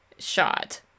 shot